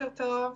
בוקר טוב.